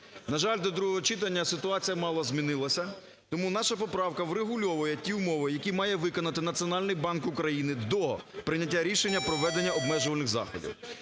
На жаль, до другого читання ситуація мало змінилася, тому наша поправка врегульовує ті умови, які має виконати Національний банк України до прийняття рішення про введення обмежувальних заходів.